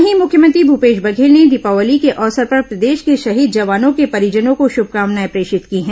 वहीं मुख्यमंत्री भूपेश बघेल ने दीपावली के अवसर पर प्रदेश के शहीद जवानों के परिजनों को शुभकामनाए प्रेषित की है